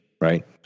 right